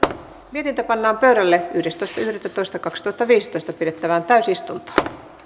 mietintö pannaan pöydälle yhdestoista yhdettätoista kaksituhattaviisitoista pidettävään täysistuntoon